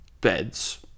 beds